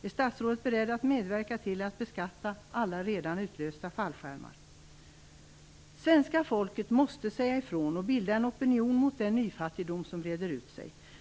Är statsrådet beredd att medverka till att beskatta alla redan utlösta fallskärmar? Svenska folket måste säga ifrån och bilda en opinion mot den nyfattigdom som breder ut sig.